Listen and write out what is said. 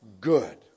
good